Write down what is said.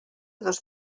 dos